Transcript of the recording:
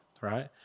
right